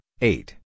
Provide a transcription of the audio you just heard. eight